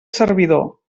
servidor